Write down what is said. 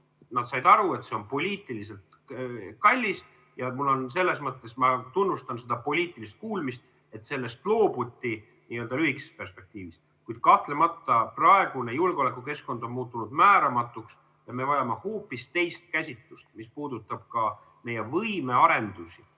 Nad said aru, et see on poliitiliselt kallis – ma selles mõttes tunnustan seda poliitilist kuulmist –, ja sellest loobuti nii‑öelda lühikeses perspektiivis. Kuid kahtlemata on praegune julgeolekukeskkond muutunud määramatuks ja me vajame hoopis teist käsitlust, mis puudutab ka meie võimearendusi.